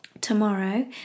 tomorrow